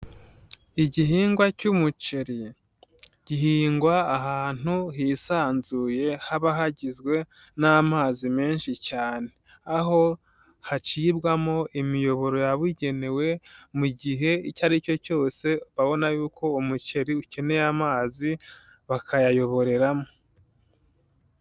Igihingwa cy'umuceri gihingwa ahantu hisanzuye, haba hagizwe n'amazi menshi cyane. Aho hacibwamo imiyoboro yabugenewe mu gihe icyo ari cyo cyose babona yuko umuceri ukeneye amazi bakayayoboreramo.